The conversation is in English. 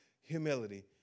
humility